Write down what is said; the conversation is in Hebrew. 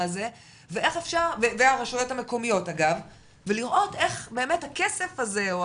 הזה והרשויות המקומיות אגב ולראות איך באמת הכסף הזה או